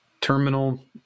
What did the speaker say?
Terminal